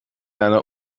einer